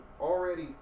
already